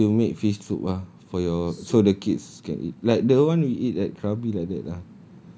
ya I think you make fish soup ah for your for the kids like the one we eat at krabi like that lah